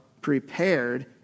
prepared